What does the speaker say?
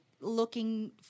looking